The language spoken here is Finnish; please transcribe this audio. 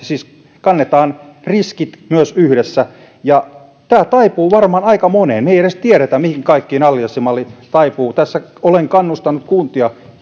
siis myös riskit kannetaan yhdessä tämä taipuu varmaan aika moneen me emme edes tiedä mihin kaikkiin allianssimalli taipuu tässä olen kannustanut kuntia että